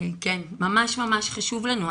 ממש חשוב לנו.